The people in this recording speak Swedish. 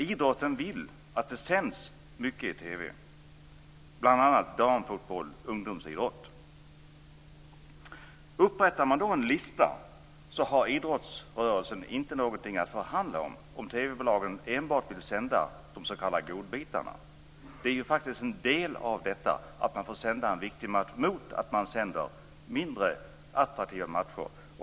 Idrottsrörelsen vill att det sänds mycket idrott i TV, bl.a. damfotboll och ungdomsidrott. Upprättar man då en lista har idrottsrörelsen inte någonting att förhandla om, om TV-bolagen enbart vill sända de s.k. godbitarna. Det är ju faktiskt en del av detta att man får sända en viktig match mot att man sänder mindre attraktiva matcher.